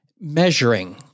measuring